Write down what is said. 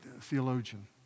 theologian